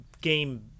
game